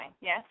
Yes